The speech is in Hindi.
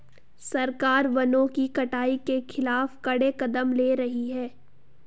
सरकार वनों की कटाई के खिलाफ कड़े कदम ले रही है